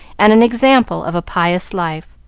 and an example of a pious life.